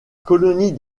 colonie